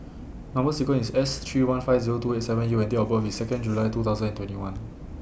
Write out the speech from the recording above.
Number sequence IS S three one five Zero two eight seven U and Date of birth IS Second July two thousand and twenty one